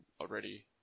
already